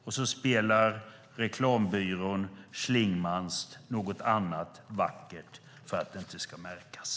Och så spelar reklambyrån Schlingmann något annat vackert för att det inte ska märkas.